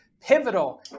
pivotal